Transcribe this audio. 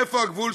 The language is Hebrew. איפה הגבול,